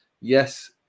Yes